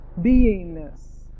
beingness